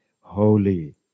holy